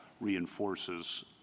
reinforces